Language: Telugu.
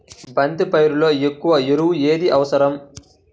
బంతి పైరులో ఎక్కువ ఎరువు ఏది అవసరం?